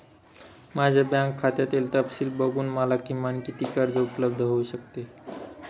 माझ्या बँक खात्यातील तपशील बघून मला किमान किती कर्ज उपलब्ध होऊ शकते?